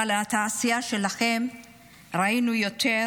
אבל את העשייה שלכם ראינו יותר